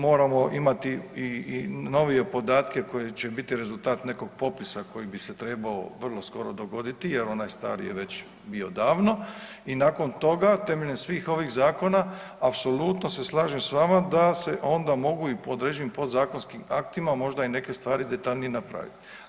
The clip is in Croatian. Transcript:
Moramo imati i novije podatke koji će biti rezultat nekog popisa koji bi se trebao vrlo skoro dogoditi jer onaj stari je već bio davno i nakon toga temeljem svih ovih zakona apsolutno se slažem s vama da se onda mogu i po određenim podzakonskim aktima možda i neke stvari detaljnije napravit.